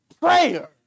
prayer